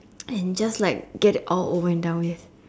and just like get it all over and done with